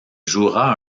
jouera